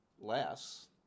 less